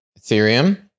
Ethereum